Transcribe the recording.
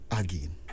again